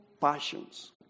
passions